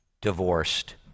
divorced